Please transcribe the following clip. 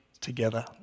together